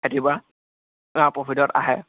খেতিৰ পৰা প্ৰ'ফিটত আহে